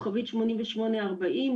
כוכבית שמונים ושמונה ארבעים.